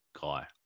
guy